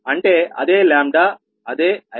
అంటే అదే అదేIC0